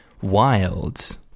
Wild